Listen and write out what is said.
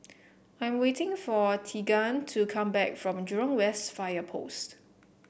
I'm waiting for Teagan to come back from Jurong West Fire Post